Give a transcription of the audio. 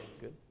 Good